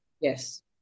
Yes